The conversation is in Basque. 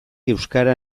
euskara